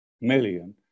million